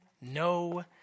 no